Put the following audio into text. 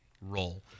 role